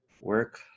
Work